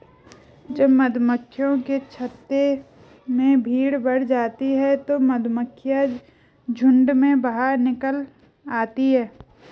जब मधुमक्खियों के छत्ते में भीड़ बढ़ जाती है तो मधुमक्खियां झुंड में बाहर निकल आती हैं